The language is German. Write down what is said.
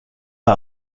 war